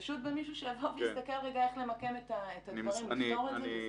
פשוט במישהו שיבוא ויסתכל איך למקם את הדברים ולפתור את זה.